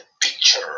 picture